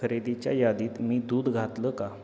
खरेदीच्या यादीत मी दूध घातलं का